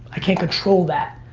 i can't control that.